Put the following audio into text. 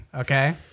okay